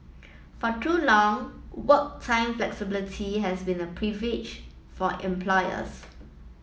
for too long work time flexibility has been a for employers